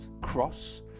cross